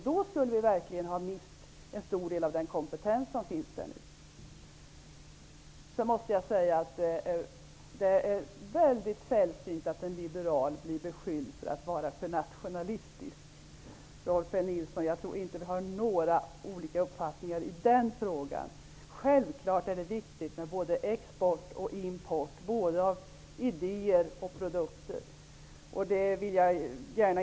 Då skulle verkligen en stor del av den kompetens som finns där nu gått förlorad. Det är väldigt sällsynt att en liberal blir beskylld för att vara för nationalistisk. Självfallet är det viktigt med såväl export och import som idéer och produkter. Det instämmer jag gärna i. Vi har nog inte olika uppfattning i den frågan, Rolf L Nilson.